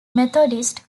methodist